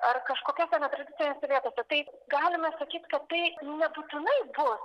ar kažkokiose netradicinėse vietose tai galima sakyt kad tai nebūtinai bus